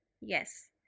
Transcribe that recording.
Yes